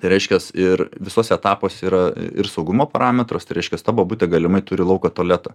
reiškias ir visuose etapuose yra ir saugumo parametrus tai reiškias ta bobutė galimai turi lauko tualetą